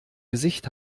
gesicht